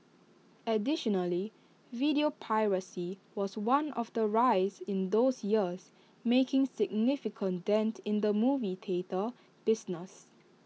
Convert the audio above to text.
additionally video piracy was one of the rise in those years making significant dent in the movie theatre business